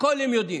הכול הם יודעים.